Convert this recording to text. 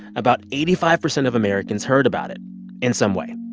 about eighty five percent of americans heard about it in some way.